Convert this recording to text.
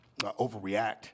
overreact